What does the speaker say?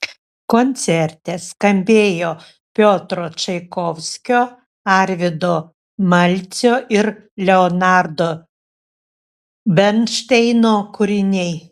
koncerte skambėjo piotro čaikovskio arvydo malcio ir leonardo bernšteino kūriniai